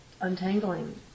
untangling